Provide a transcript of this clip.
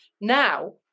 Now